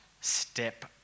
step